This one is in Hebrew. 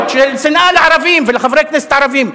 של שנאה לערבים ולחברי כנסת ערבים.